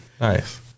Nice